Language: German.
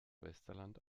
westerland